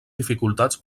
dificultats